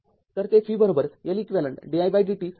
तरते v Leq didt असेल